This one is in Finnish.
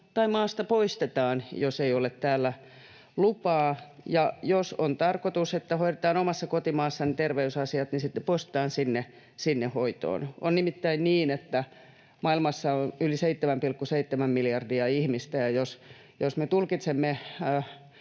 tai maasta poistetaan, jos ei ole täällä lupaa. Ja jos on tarkoitus, että hoidetaan omassa kotimaassa ne terveysasiat, niin sitten poistetaan sinne hoitoon. On nimittäin niin, että maailmassa on yli 7,7 miljardia ihmistä, ja jos me tulkitsemme